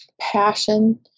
passion